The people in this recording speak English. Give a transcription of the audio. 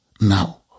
Now